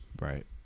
Right